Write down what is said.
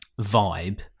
vibe